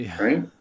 Right